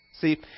See